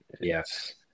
Yes